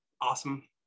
awesome